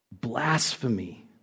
Blasphemy